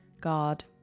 God